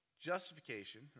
justification